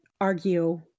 argue